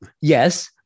yes